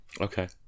Okay